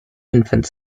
infant